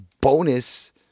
bonus